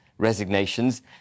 resignations